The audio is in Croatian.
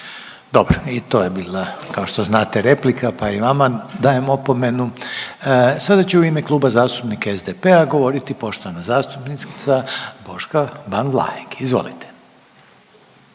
Dobro. I to je bila, kao što znate, replika pa i vama dajem opomenu. Sada će u ime Kluba zastupnika SDP-a govoriti poštovana zastupnica Boška Ban Vlahek. **Ban,